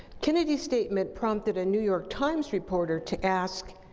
kennedy's statement prompted a new york times reporter to ask,